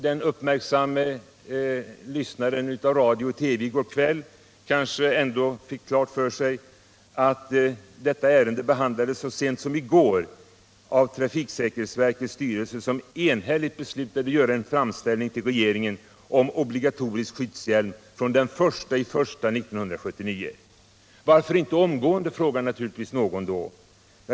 Den uppmärksamme lyssnaren av radio och TV i går kväll fick klart för sig att detta ärende behandlades så sent som i går av trafiksäkerhetsverkets styrelse, som enhälligt beslöt att göra en framställan till regeringen om obligatorisk skyddshjälm från den 1 januari 1979. Varför inte omgående? frågar naturligtvis någon då.